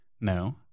No